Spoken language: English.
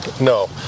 no